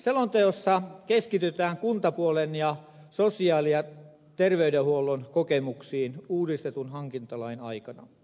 selonteossa keskitytään kuntapuolen ja sosiaali ja terveydenhuollon kokemuksiin uudistetun hankintalain aikana